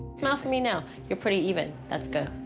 smile for me now. you're pretty even. that's good.